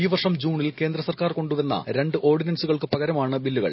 ഈ വർഷം ജൂണിൽ കേന്ദ്ര സർക്കാർ കൊണ്ടുവന്ന രണ്ട് ഓർഡിനൻസുകൾക്ക് പകരമാണ് ബില്ലുകൾ